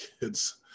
kids